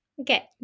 Okay